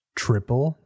triple